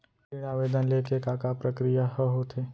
ऋण आवेदन ले के का का प्रक्रिया ह होथे?